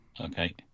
Okay